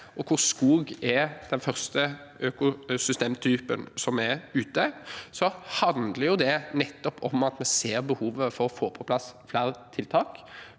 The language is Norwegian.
hvor skog er den første økosystemtypen som er ute. Det handler nettopp om at vi ser behovet for å få på plass flere tiltak